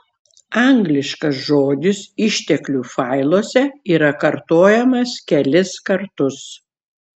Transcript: angliškas žodis išteklių failuose yra kartojamas kelis kartus